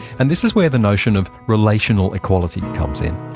and this is where the notion of relational equality comes in.